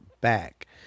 back